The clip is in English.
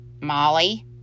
Molly